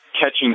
catching